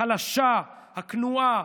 החלשה, הכנועה,